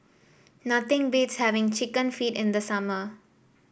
nothing beats having chicken feet in the summer